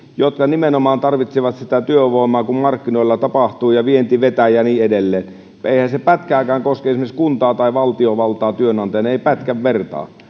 jotka nimenomaan tarvitsevat sitä työvoimaa kun markkinoilla tapahtuu ja vienti vetää ja niin edelleen eihän se pätkääkään koske esimerkiksi kuntaa tai valtiovaltaa työnantajana ei pätkän vertaa